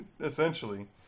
essentially